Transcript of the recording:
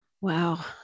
Wow